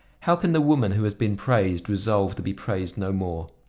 how can the woman who has been praised resolve to be praised no more?